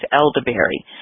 elderberry